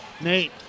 Nate